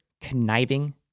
conniving